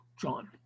John